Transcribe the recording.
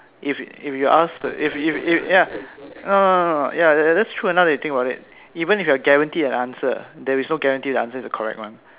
if if if you ask if if if ya no no ya that's true ah now that you think about it even if you are guaranteed an answer there is no guarantee the answer is the correct one